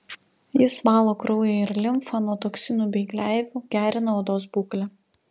jis valo kraują ir limfą nuo toksinų bei gleivių gerina odos būklę